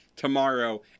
tomorrow